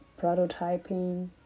prototyping